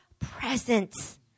presence